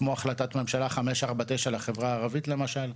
כמו החלטת ממשלה 549 לחברה הערבית למשל.